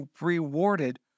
rewarded